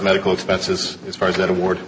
medical expenses as far as that award